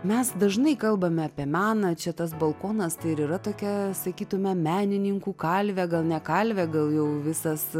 mes dažnai kalbame apie meną čia tas balkonas tai ir yra tokia sakytumėme menininkų kalvė gal ne kalvė gal jau visas